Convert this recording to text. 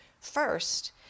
first